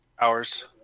hours